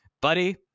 buddy